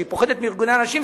היא פוחדת מארגוני הנשים,